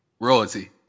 Royalty